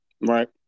Right